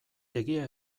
egia